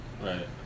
Right